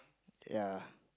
yea